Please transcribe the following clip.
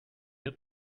your